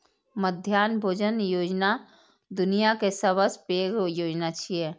मध्याह्न भोजन योजना दुनिया के सबसं पैघ योजना छियै